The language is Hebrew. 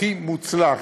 הכי מוצלח,